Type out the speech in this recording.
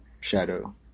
shadow